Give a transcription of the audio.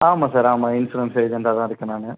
ஆமாம் சார் ஆமாம் இன்ஷுரன்ஸ் ஏஜென்ட்டாக தான் இருக்கேன் நானு